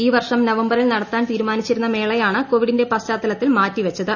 ഈ വർഷം നവംബറിൽ നടത്താൻ തീരുമാനിച്ചി രുന്ന മേളയാണ് കോവിഡിന്റെ പശ്ചാത്തലത്തിൽ മാറ്റിവച്ചത്